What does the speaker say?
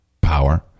Power